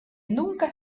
nunca